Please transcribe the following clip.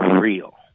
real